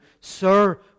Sir